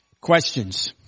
Questions